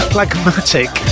Plagmatic